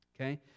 Okay